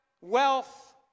wealth